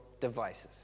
devices